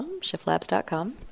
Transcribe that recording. shiftlabs.com